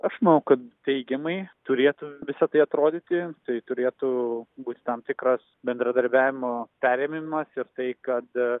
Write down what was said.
aš manau kad teigiamai turėtų visa tai atrodyti tai turėtų būti tam tikras bendradarbiavimo perėmimas ir tai kad